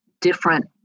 different